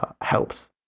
helps